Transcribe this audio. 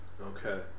Okay